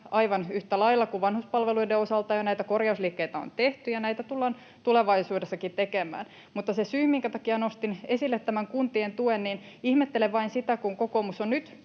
aivan yhtä lailla kuin vanhuspalveluiden osalta jo näitä korjausliikkeitä on tehty, ja näitä tullaan tulevaisuudessakin tekemään. Mutta se syy, minkä takia nostin esille tämän kuntien tuen: Ihmettelen vain sitä, kun kokoomus on nyt